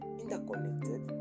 interconnected